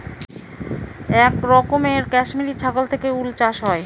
এক রকমের কাশ্মিরী ছাগল থেকে উল চাষ হয়